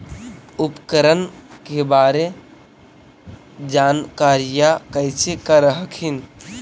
उपकरण के बारे जानकारीया कैसे कर हखिन?